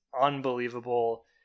unbelievable